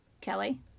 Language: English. Kelly